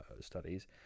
studies